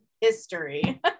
history